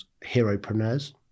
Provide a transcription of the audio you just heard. Heropreneurs